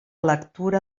lectura